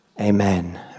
Amen